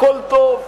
הכול טוב.